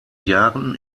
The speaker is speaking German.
jahren